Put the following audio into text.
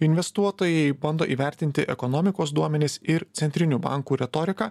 investuotojai bando įvertinti ekonomikos duomenis ir centrinių bankų retoriką